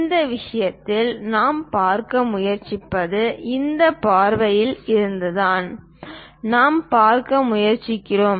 இந்த விஷயத்தில் நாம் பார்க்க முயற்சிப்பது இந்த பார்வையில் இருந்துதான் நாம் பார்க்க முயற்சிக்கிறோம்